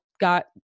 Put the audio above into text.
got